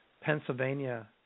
Pennsylvania